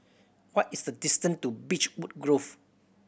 what is the distance to Beechwood Grove